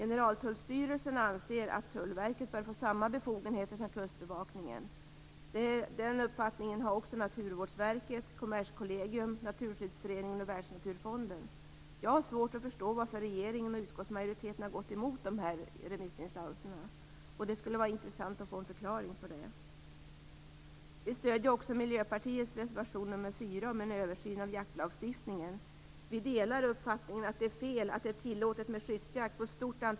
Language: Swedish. Generaltullstyrelsen anser att Tullverket bör få samma befogenheter som Kustbevakningen. Den uppfattningen har också Naturvårdsverket, Kommerskollegium, Naturskyddsföreningen och Världsnaturfonden. Jag har svårt att förstå varför regeringen och utskottsmajoriteten har gått emot dessa remissinstanser. Det skulle vara intressant att få en förklaring till det.